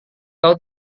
kau